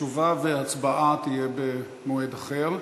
תשובה והצבעה יהיו במועד אחר.